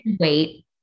wait